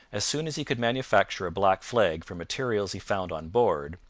as soon as he could manufacture a black flag from materials he found on board,